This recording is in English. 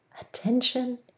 Attention